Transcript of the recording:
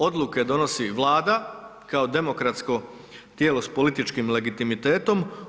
Odluke donosi Vlada kao demokratsko tijelo s političkim legitimitetom.